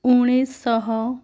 ଉଣେଇଶଶହ